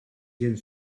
gent